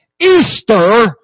Easter